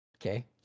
okay